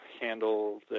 handle